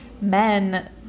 men